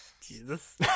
Jesus